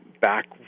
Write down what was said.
back